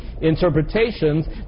interpretations